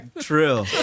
True